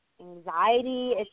anxiety